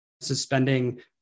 suspending